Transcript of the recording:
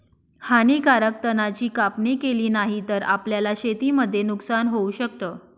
हानीकारक तणा ची कापणी केली नाही तर, आपल्याला शेतीमध्ये नुकसान होऊ शकत